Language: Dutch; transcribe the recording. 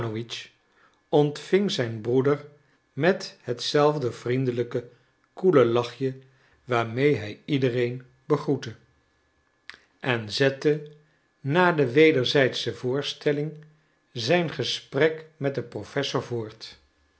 ontving zijn broeder met het zelfde vriendelijke koele lachje waarmede hij iedereen begroette en zette na de wederzijdsche voorstelling zijn gesprek met den professor voort